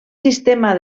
sistema